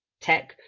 tech